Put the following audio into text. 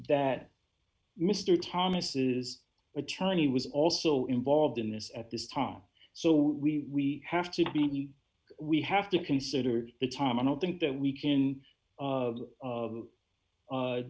that mr thomas's attorney was also involved in this at this time so we have to be we have to consider the time i don't think that we